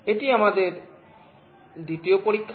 এটি আমাদের দ্বিতীয় পরীক্ষা